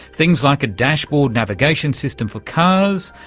things like a dashboard navigation system for cars,